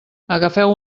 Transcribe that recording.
agafeu